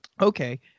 Okay